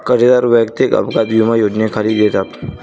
कर्जदार वैयक्तिक अपघात विमा योजनेखाली येतात